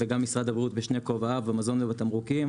וגם משרד הבריאות בשני כובעיו במזון ובתמרוקים,